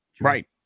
Right